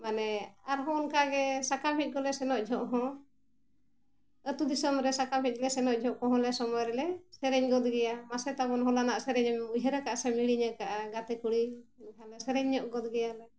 ᱢᱟᱱᱮ ᱟᱨᱦᱚᱸ ᱚᱱᱠᱟ ᱜᱮ ᱥᱟᱠᱟᱢ ᱦᱮᱡ ᱠᱚᱞᱮ ᱥᱮᱱᱚᱜ ᱡᱚᱠᱷᱚᱱ ᱦᱚᱸ ᱟᱛᱳ ᱫᱤᱥᱚᱢ ᱨᱮ ᱥᱟᱠᱟᱢ ᱦᱮᱡ ᱞᱮ ᱥᱮᱱᱚᱜ ᱡᱚᱠᱷᱚᱱ ᱦᱚᱸᱞᱮ ᱥᱚᱢᱚᱭ ᱨᱮᱞᱮ ᱥᱮᱨᱮᱧ ᱜᱚᱫ ᱜᱮᱭᱟ ᱢᱟᱥᱮ ᱛᱟᱵᱚᱱ ᱦᱚᱞᱟᱱᱟᱜ ᱥᱮᱨᱮᱧᱮᱢ ᱩᱭᱦᱟᱹᱨ ᱟᱠᱟᱫᱼᱟ ᱥᱮᱢ ᱦᱤᱲᱤᱧ ᱟᱠᱟᱫᱼᱟ ᱜᱟᱛᱮ ᱠᱩᱲᱤ ᱢᱤᱫ ᱫᱷᱟᱣ ᱞᱮ ᱥᱮᱨᱮᱧ ᱧᱚᱜ ᱜᱚᱫ ᱜᱮᱭᱟᱞᱮ